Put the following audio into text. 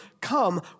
Come